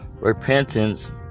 repentance